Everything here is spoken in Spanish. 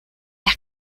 las